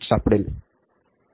चर्चा करेन